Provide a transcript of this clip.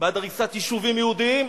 בעד הריסת יישובים יהודיים,